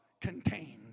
contained